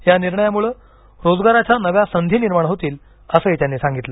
या निर्णयामुळे रोजगाराच्या नव्या संधी निर्माण होतील असंही त्यांनी सांगितलं